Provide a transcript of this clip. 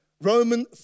Roman